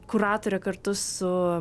kuratorė kartu su